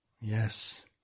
Yes